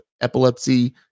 epilepsy